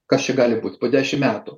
kas čia gali būt po dešimt metų